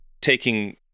taking